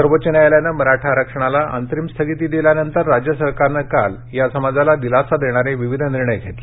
सर्वोच्च न्यायालयानं मराठा आरक्षणाला अंतरिम स्थगिती दिल्यानंतर राज्य सरकारनं काल मराठा समाजाला दिलासा देणारे विविध निर्णय घेतले